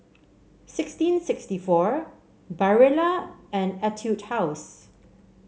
sixteen sixty four Barilla and Etude House